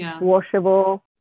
washable